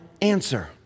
answer